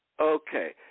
Okay